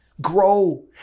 grow